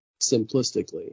simplistically